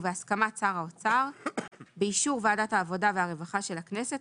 בהסכמת שר האוצר ובאישור ועדת העבודה והרווחה של הכנסת,